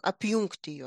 apjungti juos